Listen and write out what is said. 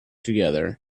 together